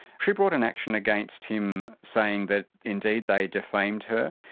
she brought an action against him saying that indeed they defamed her,